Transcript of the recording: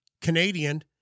Canadian